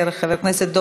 חבר הכנסת נחמן שי,